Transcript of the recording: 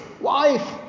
wife